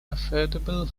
affordable